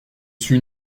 suis